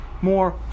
more